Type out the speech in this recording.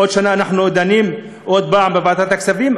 בעוד שנה אנחנו דנים עוד פעם בוועדת הכספים,